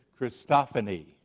Christophany